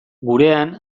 gurean